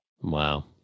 Wow